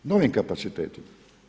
Novi kapacitetima.